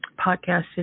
podcast